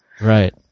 Right